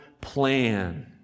plan